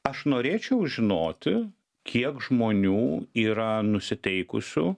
aš norėčiau žinoti kiek žmonių yra nusiteikusių